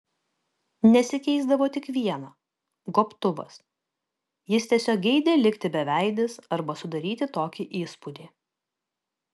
nesikeisdavo tik viena gobtuvas jis tiesiog geidė likti beveidis arba sudaryti tokį įspūdį